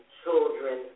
children